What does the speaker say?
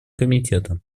комитетом